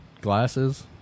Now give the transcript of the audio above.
glasses